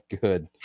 Good